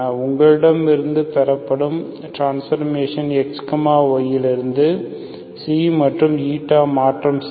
உங்களிடமிருந்து பெறும்டிரான்ஸ்ஃபர்மேஷன் x y to மாற்றம் செய்ய